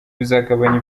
bizagabanya